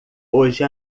hoje